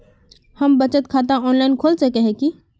हम बचत खाता ऑनलाइन खोल सके है की?